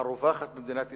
הרווחת במדינת ישראל,